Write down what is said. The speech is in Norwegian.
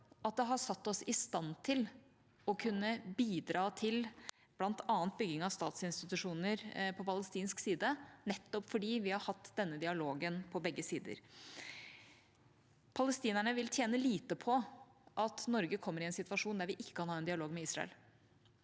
at det har satt oss i stand til å kunne bidra til bl.a. bygging av statsinstitusjoner på palestinsk side, nettopp fordi vi har hatt denne dialogen på begge sider. Palestinerne vil tjene lite på at Norge kommer i en situasjon der vi ikke kan ha en dialog med Israel.